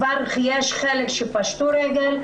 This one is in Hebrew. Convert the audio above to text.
יש חלק שפשטו רגל,